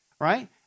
right